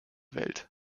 welt